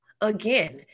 again